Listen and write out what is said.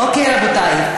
אוקיי רבותיי,